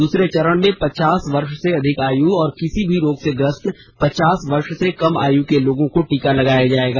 दूसरे चरण में पचास वर्ष से अधिक आयु और किसी भी रोग से ग्रस्त पचास वर्ष से कम आयु के लोगों को टीका लगाया जाएगा